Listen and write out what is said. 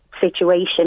situation